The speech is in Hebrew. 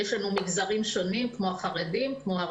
יש לנו מגזרים שונים כמו החרדים,